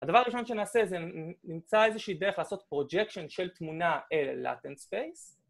הדבר הראשון שנעשה זה למצוא איזושהי דרך לעשות פרוג'קשן של תמונה לאטן ספייס.